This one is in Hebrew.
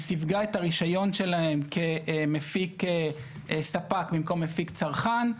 סיווגה את הרישיון שלהם כמפיק ספק במקום מפיק צרכן,